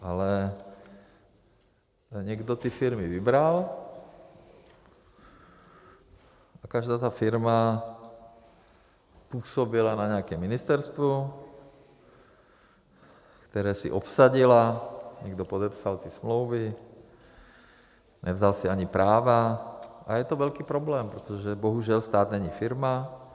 Ale někdo ty firmy vybral a každá ta firma působila na nějakém ministerstvu, které si obsadila, někdo podepsal ty smlouvy, nevzal si ani práva a je to velký problém, protože bohužel, stát není firma.